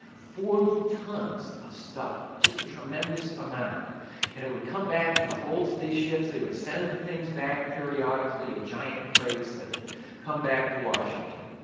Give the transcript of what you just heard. forty tons of stuff, just a tremendous amount and it would come back in the holds of these ships they would send things back periodically in giant crates that would come back to washington.